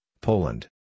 Poland